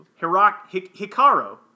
Hikaru